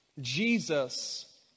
Jesus